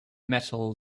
metal